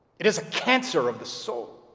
it is a cancer of the soul.